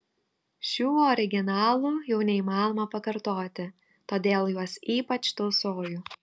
šių originalų jau neįmanoma pakartoti todėl juos ypač tausoju